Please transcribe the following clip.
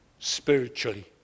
spiritually